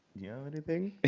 yeah anything?